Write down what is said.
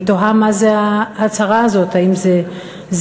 אני תוהה מה זו ההצהרה הזאת, האם זה זלזול?